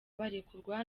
barekurwa